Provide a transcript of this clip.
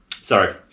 sorry